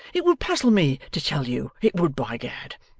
it would puzzle me to tell you, it would by gad.